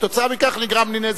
וכתוצאה מכך נגרם לי נזק.